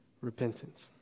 repentance